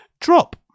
drop